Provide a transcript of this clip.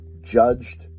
judged